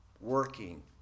working